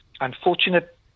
unfortunate